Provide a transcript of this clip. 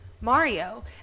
Mario